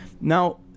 now